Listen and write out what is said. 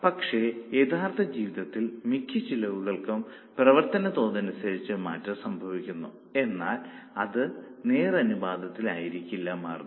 പക്ഷേ യഥാർത്ഥ ജീവിതത്തിൽ മിക്ക ചെലവുകൾക്കും പ്രവർത്തന തോതനുസരിച്ച് മാറ്റം സംഭവിക്കുന്നു എന്നാൽ അത് നേർ അനുപാതത്തിൽ ആയിരിക്കില്ല മാറുന്നത്